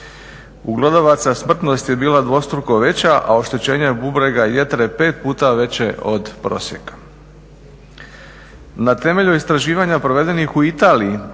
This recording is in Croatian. U glodavaca smrtnost je bila dvostruko veća, a oštećenje bubrega i jetre pet puta veće od prosjeka. Na temelju istraživanja provedenih u Italiji